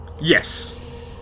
Yes